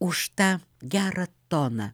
už tą gerą toną